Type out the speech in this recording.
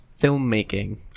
filmmaking